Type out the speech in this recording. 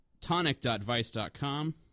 tonic.vice.com